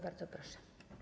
Bardzo proszę.